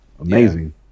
amazing